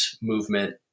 movement